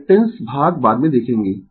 reactance भाग बाद में देखेंगें